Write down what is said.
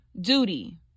duty